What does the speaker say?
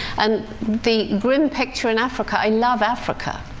and the grim picture in africa i love africa,